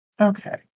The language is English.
Okay